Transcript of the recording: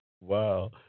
Wow